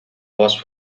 post